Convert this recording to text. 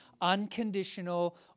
unconditional